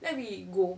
then we go